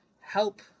help